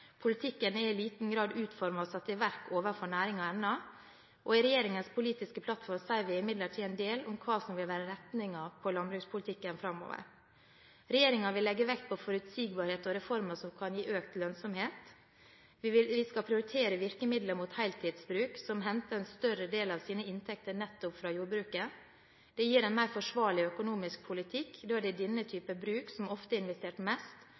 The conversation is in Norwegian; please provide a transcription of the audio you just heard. Politikken er i liten grad utformet og satt i verk overfor næringen ennå. I regjeringens politiske plattform sier vi imidlertid en del om hva som vil være retningen på landbrukspolitikken framover: Regjeringen vil legge vekt på forutsigbarhet og reformer som kan gi økt lønnsomhet. Vi skal prioritere virkemidlene mot heltidsbruk som henter en større del av sine inntekter nettopp fra jordbruket. Det gir en mer forsvarlig økonomisk politikk, da det er denne typen bruk som ofte har investert mest,